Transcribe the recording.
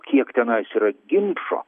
kiek tenais yra ginčo